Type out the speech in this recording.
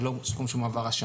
זה לא סכום שנכנס השנה.